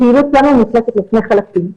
הפעילות שלנו נחלקת לשני חלקים.